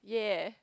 ya